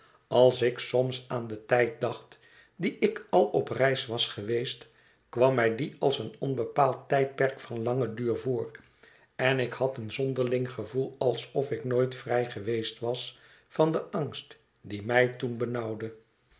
als ik soms aan den tijd dacht dien ik al op reis was geweest kwam mij die als een onbepaald tijdperk van langen duur voor en ik had een zonderling gevoel alsof ik nooit vrij geweest was van den angst die mij toen